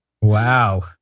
wow